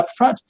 upfront